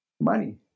money